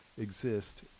exist